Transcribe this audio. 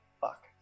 Fuck